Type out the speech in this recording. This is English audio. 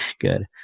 good